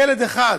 ילד אחד,